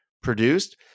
produced